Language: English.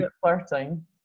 flirting